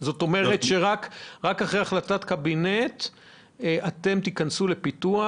זאת אומרת שרק אחרי החלטת קבינט אתם תיכנסו לפיתוח?